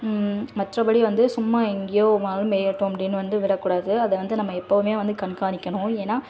மற்றபடி வந்து சும்மா எங்கையோனாலும் மேயட்டும் அப்படின்னு வந்து விடக்கூடாது அதை வந்து நம்ம எப்பவுமே வந்து கண்காணிக்கணும் ஏன்னா